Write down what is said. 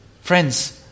Friends